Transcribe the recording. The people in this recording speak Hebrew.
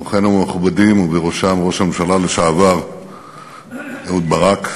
אורחינו המכובדים ובראשם ראש הממשלה לשעבר אהוד ברק,